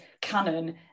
canon